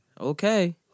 Okay